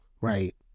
Right